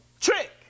Trick